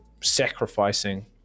sacrificing